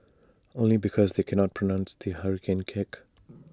only because they cannot pronounce the hurricane kick